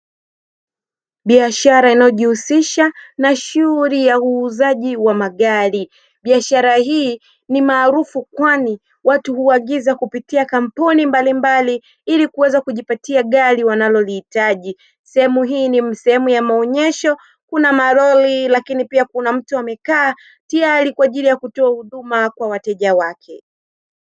Biashara inayojihusisha na shughuli ya uuzaji wa magari, biashara hi ni maarufu kwani watu huagiza kupitia kampuni mbalimbali ili kuweza kujipatia gari wanalolihitaji. Sehemu hii ni sehemu ya maonesho kuna malori lakini pia kuna mtu amekaa tayari kwa ajili ya kutoa huduma kwa wateja wake.